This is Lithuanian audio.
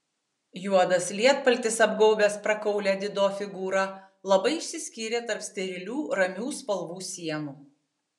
juodas lietpaltis apgaubęs prakaulią dido figūrą labai išsiskyrė tarp sterilių ramių spalvų sienų